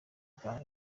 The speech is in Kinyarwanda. bwa